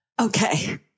Okay